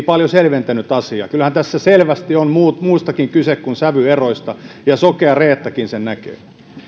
paljon selventänyt asiaa kyllähän tässä selvästi on muustakin kyse kuin sävy eroista ja sokea reettakin sen näkee